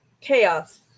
chaos